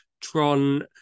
Tron